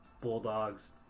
Bulldogs